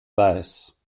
bass